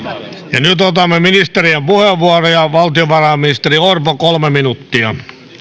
ja nyt otamme ministerien puheenvuoroja valtiovarainministeri orpo kolme minuuttia